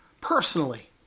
personally